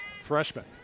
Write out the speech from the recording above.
freshman